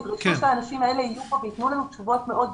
תדרשו שהאנשים האלה יהיו כאן וייתנו לנו תשובות מאוד ברורות.